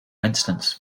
instance